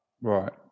Right